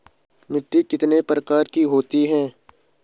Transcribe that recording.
मिट्टी कितने प्रकार की होती है?